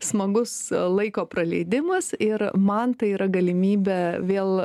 smagus laiko praleidimas ir man tai yra galimybė vėl